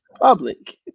public